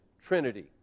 Trinity